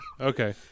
Okay